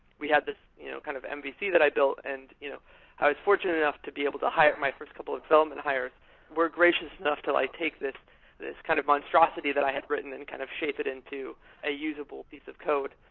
we had this you know kind of mvc that i've built and you know i was fortunate enough to be able to hire my first couple of um and hires were gracious enough to like take this this kind of monstrosity that i had written and kind of shape it into a usable piece of code.